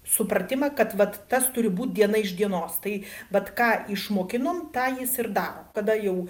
supratimą kad vat tas turi būti diena iš dienos tai bet ką išmokinom tą jis ir daro kada jau